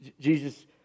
Jesus